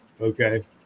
Okay